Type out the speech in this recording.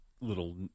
little